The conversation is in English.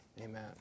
Amen